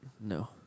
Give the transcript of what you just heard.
No